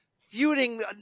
feuding